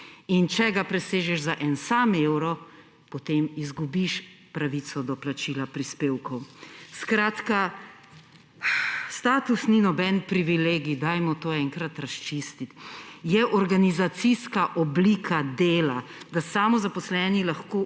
in če ga presežeš za en sam evro, potem izgubiš pravico do plačila prispevkov. Skratka, status ni noben privilegij, dajmo to enkrat razčistiti. Je organizacijska oblika dela, da samozaposleni lahko